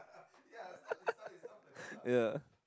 yeah